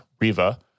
Riva